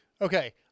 Okay